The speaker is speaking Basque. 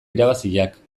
irabaziak